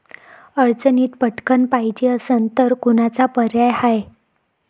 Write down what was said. अडचणीत पटकण पायजे असन तर कोनचा पर्याय हाय?